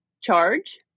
Charge